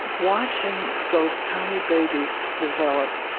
watching those tiny babies develop,